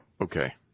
Okay